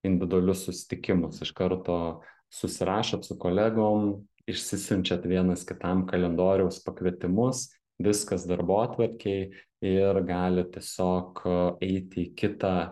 individualius susitikimus iš karto susirašot su kolegom išsisiunčiat vienas kitam kalendoriaus pakvietimus viskas darbotvarkėj ir galit tiesiog eiti į kitą